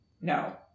no